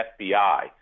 FBI